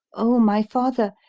o my father,